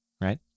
right